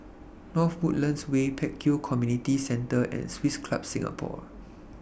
North Woodlands Way Pek Kio Community Centre and Swiss Club Singapore